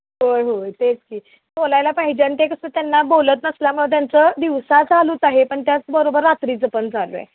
होय होय तेच की बोलायला पाहिजे आणि ते कसं त्यांना बोलत नसल्यामुळं त्यांचं दिवसा चालूच आहे पण त्याचबरोबर रात्रीचं पण चालू आहे